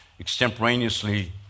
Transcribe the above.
extemporaneously